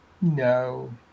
No